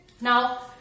Now